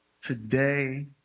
Today